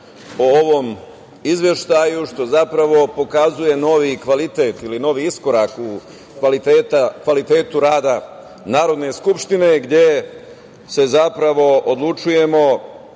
o ovom izveštaju, što zapravo pokazuje novi kvalitet ili novi iskorak u kvalitetu rada Narodne skupštine, gde se, zapravo, odlučujemo,